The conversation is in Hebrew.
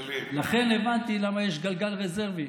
לכן הבנתי למה יש גלגל רזרבי.